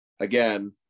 Again